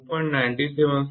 812 2